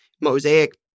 mosaic